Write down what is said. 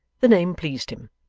the name pleased him,